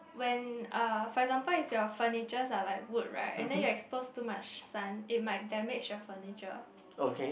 when uh for example if your furniture are like wood right and you then expose too much sun it might damage your furniture